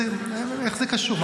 איך זה קשור?